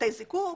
בתי זיקוק.